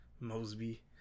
Mosby